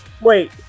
Wait